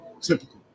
Typical